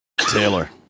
Taylor